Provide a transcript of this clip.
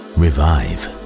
revive